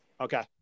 Okay